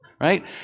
right